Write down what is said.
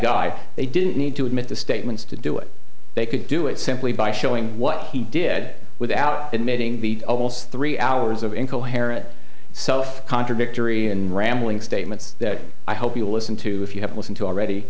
guy they didn't need to admit the statements to do it they could do it so simply by showing what he did without admitting beat almost three hours of incoherent self contradictory and rambling statements that i hope you'll listen to if you have listened to already